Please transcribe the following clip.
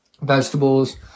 vegetables